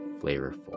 flavorful